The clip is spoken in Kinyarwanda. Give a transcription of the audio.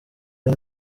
ari